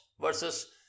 versus